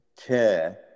care